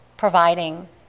providing